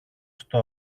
στα